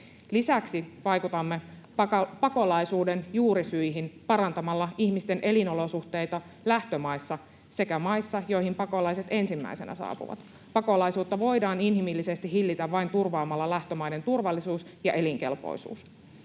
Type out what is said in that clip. Lisäksi vaikutamme pakolaisuuden juurisyihin parantamalla ihmisten elinolosuhteita lähtömaissa sekä maissa, joihin pakolaiset ensimmäisenä saapuvat. Pakolaisuutta voidaan inhimillisesti hillitä vain turvaamalla lähtömaiden turvallisuus ja elinkelpoisuus.